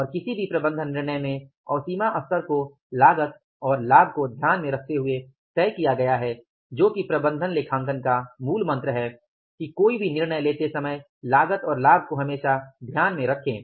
और किसी भी प्रबंधन निर्णय में अवसीमा स्तर को लागत और लाभ को ध्यान में रखते हुए तय किया गया है जो कि प्रबंधन लेखांकन का मूल मंत्र है कि कोई भी निर्णय लेते समय लागत और लाभ को हमेशा ध्यान में रखें